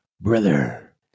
brother